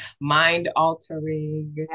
mind-altering